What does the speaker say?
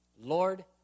lord